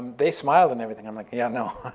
they smiled and everything. i'm like, yeah, no